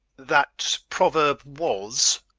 that proverb was